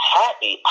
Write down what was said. happy